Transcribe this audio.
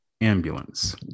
ambulance